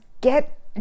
get